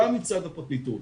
גם מצד הפרקליטות,